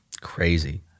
Crazy